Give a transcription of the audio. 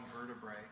vertebrae